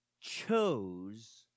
chose